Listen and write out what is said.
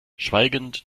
schweigend